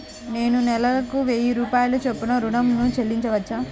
నేను నెలకు వెయ్యి రూపాయల చొప్పున ఋణం ను చెల్లించవచ్చా?